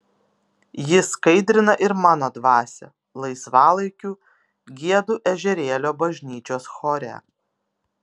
ji skaidrina ir mano dvasią laisvalaikiu giedu ežerėlio bažnyčios chore